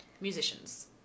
musicians